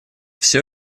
все